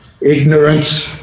Ignorance